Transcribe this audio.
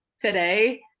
today